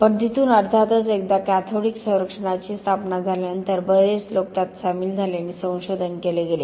पण तिथून अर्थातच एकदा कॅथोडिक संरक्षणाची स्थापना झाल्यानंतर बरेच लोक त्यात सामील झाले आणि संशोधन केले गेले